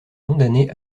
condamné